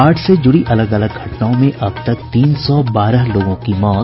बाढ़ से जुड़ी अलग अलग घटनाओं में अब तक तीन सौ बारह लोगों की मौत